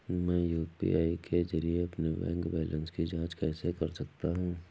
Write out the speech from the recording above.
मैं यू.पी.आई के जरिए अपने बैंक बैलेंस की जाँच कैसे कर सकता हूँ?